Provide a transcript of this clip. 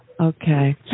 Okay